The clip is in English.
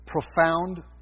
profound